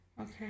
Okay